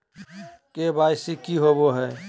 KYC की होबो है?